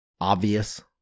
obvious